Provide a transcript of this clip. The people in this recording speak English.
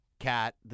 cat